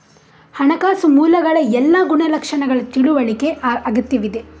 ಹಣಕಾಸು ಮೂಲಗಳ ಎಲ್ಲಾ ಗುಣಲಕ್ಷಣಗಳ ತಿಳುವಳಿಕೆ ಅಗತ್ಯವಿದೆ